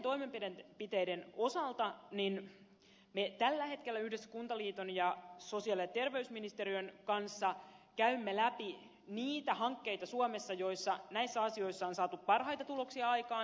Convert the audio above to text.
näiden toimenpiteiden osalta me tällä hetkellä yhdessä kuntaliiton ja sosiaali ja terveysministeriön kanssa käymme läpi niitä hankkeita suomessa joissa näissä asioissa on saatu parhaita tuloksia aikaan